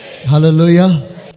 Hallelujah